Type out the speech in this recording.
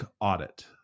audit